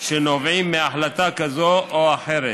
שנובעים מהחלטה כזאת או אחרת.